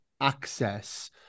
access